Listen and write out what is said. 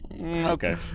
okay